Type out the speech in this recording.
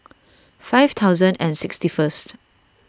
five thousand and sixty first